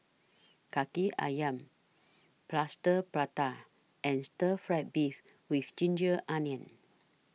Kaki Ayam Plaster Prata and Stir Fried Beef with Ginger Onions